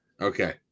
Okay